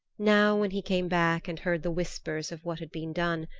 now, when he came back and heard the whispers of what had been done,